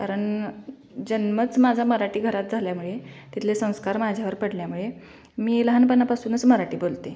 कारण जन्मच माझा मराठी घरात झाल्यामुळे तिथले संस्कार माझ्यावर पडल्यामुळे मी लहानपणापासूनच मराठी बोलते